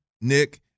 Nick